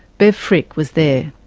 bev fricke was there.